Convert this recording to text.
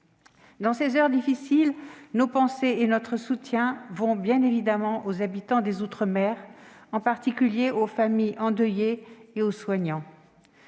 En ces heures difficiles, nos pensées et notre soutien vont bien évidemment aux habitants des outre-mer, en particulier aux familles endeuillées et aux soignants.